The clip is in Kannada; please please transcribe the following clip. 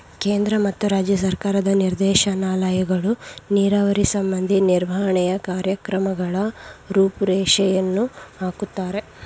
ಕೇಂದ್ರ ಮತ್ತು ರಾಜ್ಯ ಸರ್ಕಾರದ ನಿರ್ದೇಶನಾಲಯಗಳು ನೀರಾವರಿ ಸಂಬಂಧಿ ನಿರ್ವಹಣೆಯ ಕಾರ್ಯಕ್ರಮಗಳ ರೂಪುರೇಷೆಯನ್ನು ಹಾಕುತ್ತಾರೆ